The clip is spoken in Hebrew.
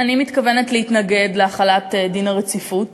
אני מתכוונת להתנגד להחלת דין הרציפות